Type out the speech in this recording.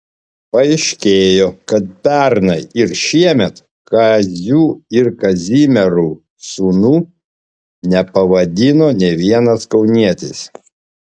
paaiškėjo kad pernai ir šiemet kaziu ar kazimieru sūnų nepavadino nė vienas kaunietis